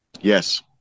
yes